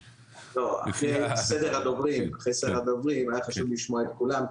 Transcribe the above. אחרי סדר הדוברים, היה חשוב לשמוע את כולם.